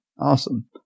awesome